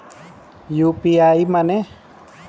UPI माने?